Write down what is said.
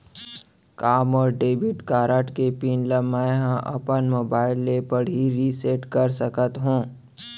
का मोर debit card के पिन ल मैं ह अपन मोबाइल से पड़ही रिसेट कर सकत हो?